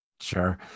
Sure